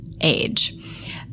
age